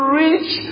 reach